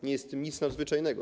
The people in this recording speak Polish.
Nie ma w tym nic nadzwyczajnego.